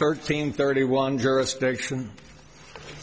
thirteen thirty one jurisdiction